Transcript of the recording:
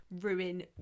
Ruin